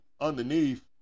underneath